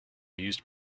used